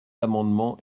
amendement